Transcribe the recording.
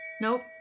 Nope